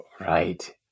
Right